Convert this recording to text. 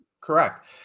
correct